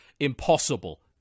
impossible